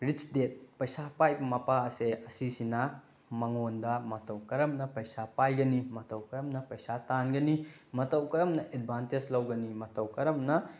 ꯔꯤꯁ ꯗꯦꯠ ꯄꯩꯁꯥ ꯄꯥꯏꯕ ꯃꯄꯥ ꯑꯁꯦ ꯑꯁꯤꯁꯤꯅ ꯃꯉꯣꯟꯗ ꯃꯇꯧ ꯀꯔꯝꯅ ꯄꯩꯁꯥ ꯄꯥꯏꯒꯅꯤ ꯃꯇꯧ ꯀꯔꯝꯅ ꯄꯩꯁꯥ ꯇꯥꯟꯒꯅꯤ ꯃꯇꯧ ꯀꯔꯝꯅ ꯑꯦꯗꯚꯥꯟꯇꯦꯖ ꯂꯧꯒꯅꯤ ꯃꯇꯧ ꯀꯔꯝꯅ